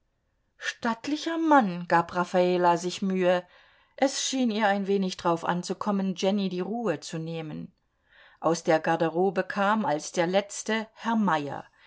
stattlicher mann gab raffala sich mühe es schien ihr eine wenig drauf anzukommen jenny die ruhe zu nehmen aus der garderobe kam als der letzte herr meyer